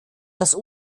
dass